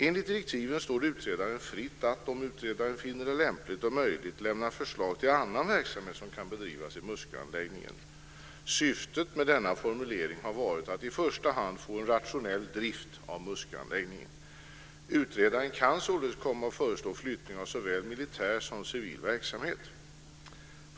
Enligt direktiven står det utredaren fritt att, om utredaren finner det lämpligt och möjligt, lämna förslag till annan verksamhet som kan bedrivas i Musköanläggningen. Syftet med denna formulering har varit att i första hand få en rationell drift av Musköanläggningen. Utredaren kan således komma att föreslå flyttning av såväl militär som civil verksamhet.